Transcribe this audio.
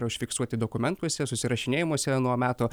yra užfiksuoti dokumentuose susirašinėjimuose ano meto